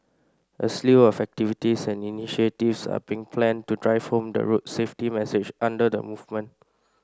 a slew of activities and initiatives are being planned to drive home the road safety message under the movement